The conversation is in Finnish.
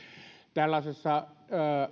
tällaisessa